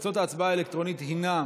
תוצאות ההצבעה האלקטרונית הינן